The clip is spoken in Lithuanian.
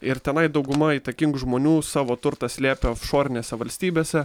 ir tenai dauguma įtakingų žmonių savo turtą slėpė ofšorinėse valstybėse